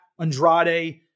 Andrade